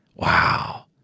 Wow